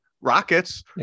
Rockets